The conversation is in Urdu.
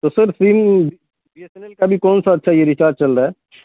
تو sir sim B S N L کا بھی کونسا اچھا یہ ریچارج چل رہا ہے